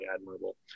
admirable